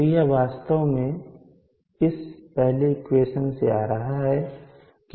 तो यह वास्तव में इस पहले इक्वेशन से आ रहा है